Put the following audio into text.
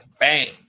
bang